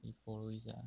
得 follow 一下